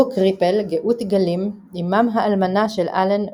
ברוק ריפל / גאות גלים – אמם האלמנה של אלן,